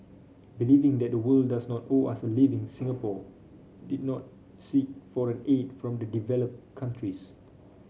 believing that the world does not owe us a living Singapore did not seek foreign aid from the developed countries